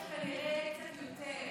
הכסף כנראה יהיה קצת יותר.